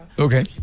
Okay